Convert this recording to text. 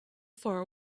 far